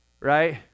right